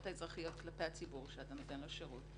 האזרחיות כלפי הציבור שאתה נותן לו שירות,